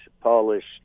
polished